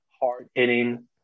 hard-hitting –